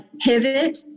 pivot